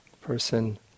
person